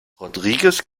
rodríguez